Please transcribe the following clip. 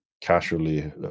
casually